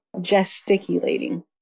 Gesticulating